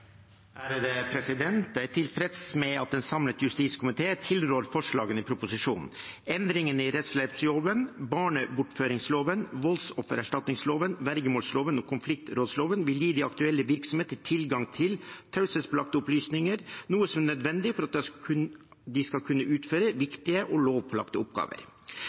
tilfreds med at en samlet justiskomité tilrår forslagene i proposisjonen. Endringene i rettshjelploven, barnebortføringsloven, voldsoffererstatningsloven, vergemålsloven og konfliktrådsloven vil gi de aktuelle virksomheter tilgang til taushetsbelagte opplysninger, noe som er nødvendig for at de skal kunne utføre viktige og lovpålagte oppgaver.